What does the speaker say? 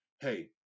hey